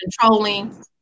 controlling